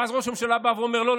ואז ראש הממשלה בא ואומר: לא,